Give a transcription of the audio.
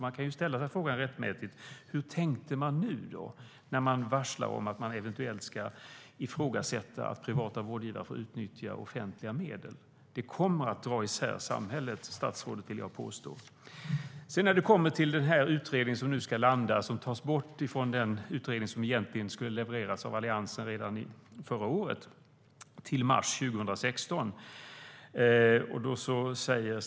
Man kan rättmätigt ställa frågan: Hur tänkte man nu när man varslade om att man eventuellt ska ifrågasätta att privata vårdgivare får utnyttja offentliga medel? Jag vill påstå, statsrådet, att det kommer att dra isär samhället. Den utredning som egentligen skulle ha levererats av Alliansen redan förra året har ersatts av en annan utredning som ska presenteras i mars 2016.